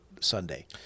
Sunday